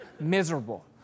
miserable